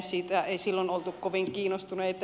siitä ei silloin oltu kovin kiinnostuneita